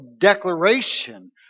declaration